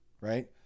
right